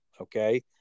okay